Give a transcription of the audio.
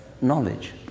knowledge